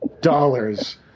Dollars